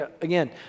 Again